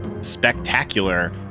spectacular